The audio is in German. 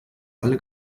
alle